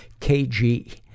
KG